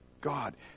God